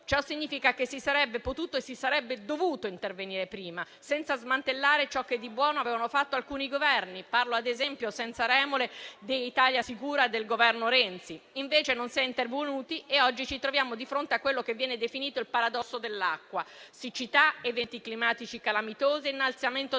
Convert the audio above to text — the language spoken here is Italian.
Ciò significa che si sarebbe potuto e dovuto intervenire prima, senza smantellare ciò che di buono avevano fatto alcuni Governi. Parlo, ad esempio, senza remore di «Italia sicura» del Governo Renzi. E invece non si è intervenuti e oggi ci troviamo di fronte a quello che viene definito il paradosso dell'acqua: siccità, eventi climatici calamitosi, innalzamento dei